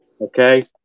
Okay